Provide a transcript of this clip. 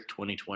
2020